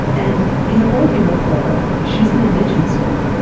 and in the role he wrote for her. she's an indigenous woman.